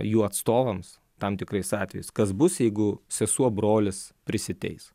jų atstovams tam tikrais atvejais kas bus jeigu sesuo brolis prisiteis